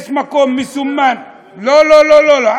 יש מקום מסומן, לא, לא, לא.